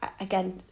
again